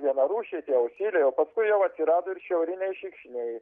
vienarūšiai tie ausyliai o paskui jau atsirado ir šiauriniai šikšniai